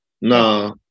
no